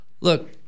Look